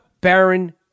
Baron